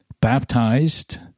baptized